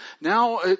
now